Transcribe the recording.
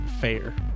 fair